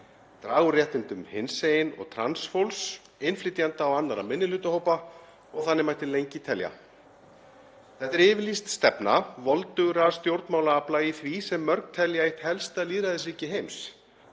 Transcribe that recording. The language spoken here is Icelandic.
draga úr réttindum hinsegin og trans fólks, innflytjenda og annarra minnihlutahópa og þannig mætti lengi telja. Þetta er yfirlýst stefna voldugra stjórnmálaafla í því sem margir telja eitt helsta lýðræðisríki heims.